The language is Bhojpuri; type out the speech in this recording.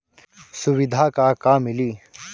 सुविधा का का मिली?